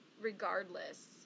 regardless